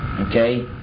okay